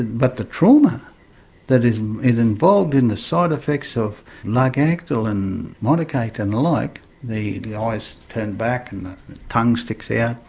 but the trauma that is involved in the side effects of largactil and modicate and the like the the eyes turned back and the tongue sticks yeah